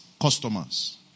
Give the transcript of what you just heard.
customers